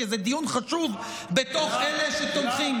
כי זה דיון חשוב בתוך אלה שתומכים.